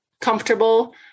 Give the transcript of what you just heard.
comfortable